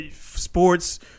sports